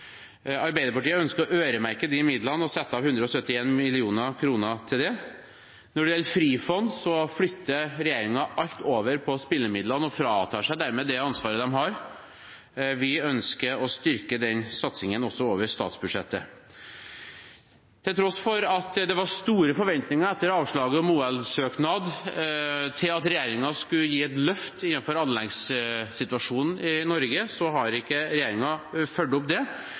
Arbeiderpartiet ønsker å øremerke de midlene og setter av 171 mill. kr til det. Når det gjelder Frifond, flytter regjeringen alt over på spillemidlene og fraskriver seg dermed det ansvaret de har. Vi ønsker å styrke også denne satsingen over statsbudsjettet. Til tross for at det etter avslaget om OL-søknad var store forventninger til at regjeringen skulle gi et løft innenfor anleggssituasjonen i Norge, har ikke regjeringen fulgt opp det.